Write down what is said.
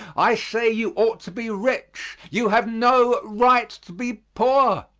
i say you ought to be rich you have no right to be poor.